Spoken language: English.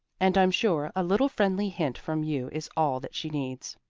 and i'm sure a little friendly hint from you is all that she needs.